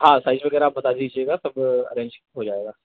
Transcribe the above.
हाँ साइज़ वगैरह आप बता दीजिएगा सब अरेंज हो जाएगा